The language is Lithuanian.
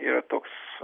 yra toks